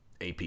AP